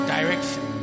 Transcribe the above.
Direction